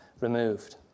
removed